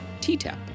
TTAP